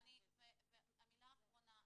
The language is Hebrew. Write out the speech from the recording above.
והמילה האחרונה,